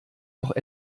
noch